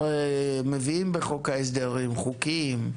הרי מביאים בחוק ההסדרים חוקים,